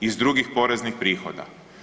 Iz drugih poreznih prihoda.